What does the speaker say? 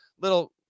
little